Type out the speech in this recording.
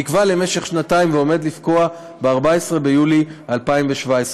נקבע למשך שנתיים ועומד לפקוע ב-14 ביולי 2017,